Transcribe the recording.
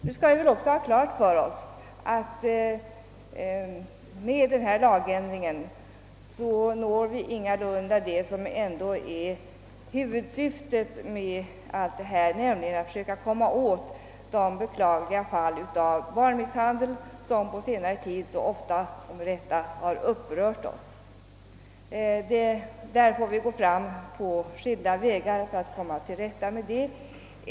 Vi skall också ha klart för oss att vi med denna lagändring ingalunda når det som ändå är huvudsyftet, nämligen att komma åt de beklagliga fall av barnmisshandel, som på senare tid så ofta och med rätta har upprört oss. Vi får nog använda flera utvägar för att göra detta.